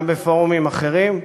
וגם בפורומים אחרים,